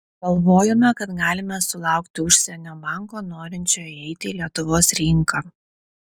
galvojome kad galime sulaukti užsienio banko norinčio įeiti į lietuvos rinką